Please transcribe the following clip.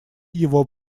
его